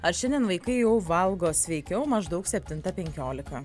ar šiandien vaikai jau valgo sveikiau maždaug septintą penkiolika